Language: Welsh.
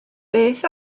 beth